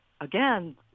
again